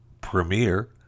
premiere